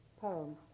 poem